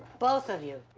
both of you.